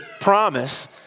promise